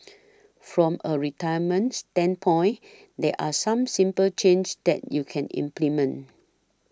from a retirement standpoint there are some simple changes that you can implement